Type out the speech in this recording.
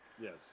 Yes